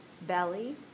Belly